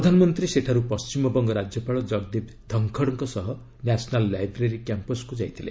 ପ୍ରଧାନମନ୍ତ୍ରୀ ସେଠାରୁ ପଶ୍ଚିମବଙ୍ଗ ରାଜ୍ୟପାଳ ଜଗଦୀପ୍ ଧଙ୍ଖଡ଼୍ ସହ ନ୍ୟାସନାଲ୍ ଲାଇବ୍ରେରୀ କ୍ୟାମ୍ପସ୍କୁ ଯାଇଥିଲେ